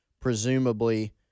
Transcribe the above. Presumably